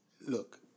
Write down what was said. look